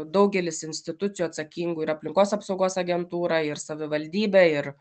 daugelis institucijų atsakingų ir aplinkos apsaugos agentūra ir savivaldybė ir